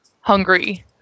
hungry